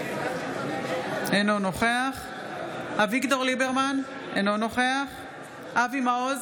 אינו נוכח אביגדור ליברמן, אינו נוכח אבי מעוז,